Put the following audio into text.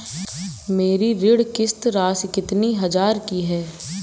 मेरी ऋण किश्त राशि कितनी हजार की है?